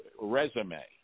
resume